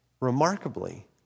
remarkably